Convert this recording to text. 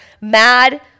mad